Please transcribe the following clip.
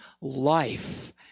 life